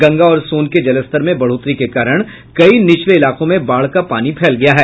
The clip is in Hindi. गंगा और सोन के जलस्तर में बढ़ोतरी के कारण कई निचले इलाकों में बाढ़ का पानी फैल गया है